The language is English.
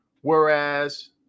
Whereas